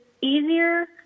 easier